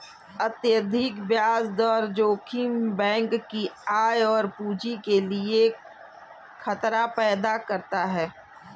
अत्यधिक ब्याज दर जोखिम बैंक की आय और पूंजी के लिए खतरा पैदा करता है